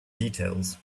details